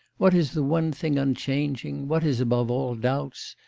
what is the one thing unchanging, what is above all doubts,